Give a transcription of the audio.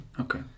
Okay